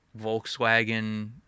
volkswagen